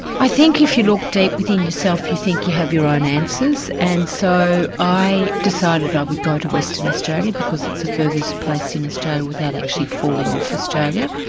i think if you look deep within yourself you think you have your own answers, and so i decided i would go to western australia because it's the furthest place in australia without actually falling off australia.